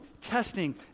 testing